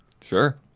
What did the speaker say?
Sure